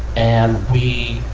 and we